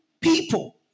people